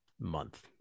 month